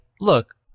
look